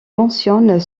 mentionnent